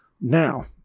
Now